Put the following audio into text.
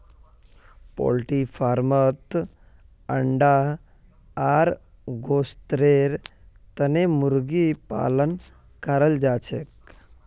poultry फार्मत अंडा आर गोस्तेर तने मुर्गी पालन कराल जाछेक